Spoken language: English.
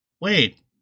Wait